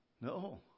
No